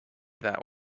that